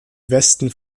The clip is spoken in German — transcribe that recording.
westen